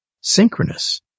synchronous